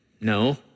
No